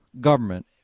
government